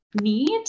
need